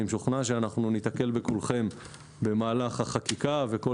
אני משוכנע שאנחנו ניתקל בכולכם במהלך החקיקה ולכל